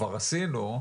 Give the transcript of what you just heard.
כבר עשינו',